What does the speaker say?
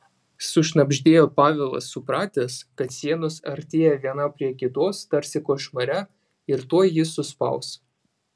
sušnabždėjo pavelas supratęs kad sienos artėja viena prie kitos tarsi košmare ir tuoj jį suspaus